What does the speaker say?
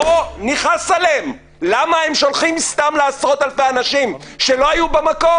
בוא נכעס עליהם למה הם שולחים סתם לעשרות אלפי אנשים שלא היו במקום.